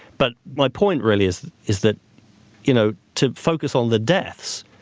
but my point really is is that you know to focus on the deaths,